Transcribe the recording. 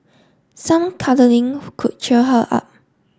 some cuddling could cheer her up